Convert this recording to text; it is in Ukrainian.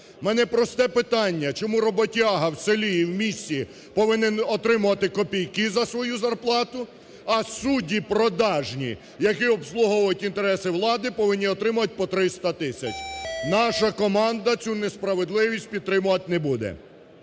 В мене просте питання: чому роботяга в селі і в місті повинен отримувати копійки за свою зарплату, а судді продажні, які обслуговують інтереси влади, повинні отримувати по 200 тисяч. Наша команда цю несправедливість підтримувати не буде.